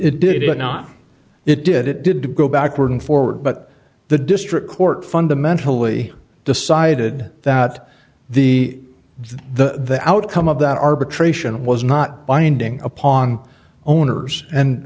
it not it did it did go backward and forward but the district court fundamentally decided that the the outcome of that arbitration was not binding upon owners and